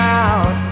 out